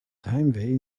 heimwee